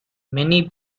many